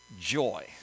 joy